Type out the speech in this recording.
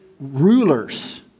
rulers